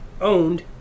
owned